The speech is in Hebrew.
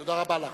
תודה רבה לך.